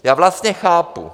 Já vlastně chápu.